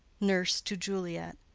nurse to juliet.